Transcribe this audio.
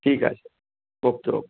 ठीक आहे sir okay okay